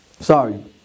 Sorry